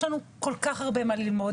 יש לנו כל כך הרבה מה ללמוד,